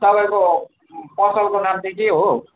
अनि तपाईँको पसलको नाम चाहिँ के हो हौ